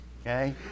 Okay